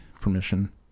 permission